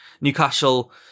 Newcastle